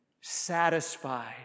satisfied